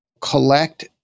collect